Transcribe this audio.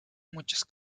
muchos